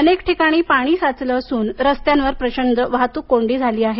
अनेक ठिकाणी पाणी साचलं असून रस्त्यांवर प्रचंड वाहतूक कोंडी झाली आहे